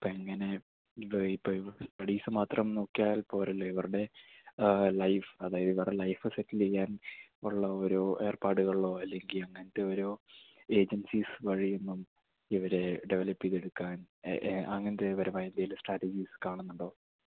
ഇപ്പം എങ്ങനെ ഇത് ഇപ്പം ഇവരുടെ സ്റ്റഡീസ് മാത്രം നോക്കിയാൽ പോരല്ലോ ഇവരുടെ ലൈഫ് അതായത് ഇവരുടെ ലൈഫ് സെറ്റിൽ ചെയ്യാൻ ഉള്ള ഓരോ ഏർപ്പാടുകളോ അല്ലെങ്കിൽ അങ്ങനത്തെ ഓരോ ഏജൻസിസ് വഴിയൊന്നും ഇവരെ ഡെവലപ്പ് ചെയ്തെടുക്കാൻ അങ്ങനത്തെ പരമായ എന്തേലും സ്ട്രാറ്റജീസ് കാണുന്നുണ്ടോ